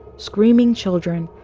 screaming children,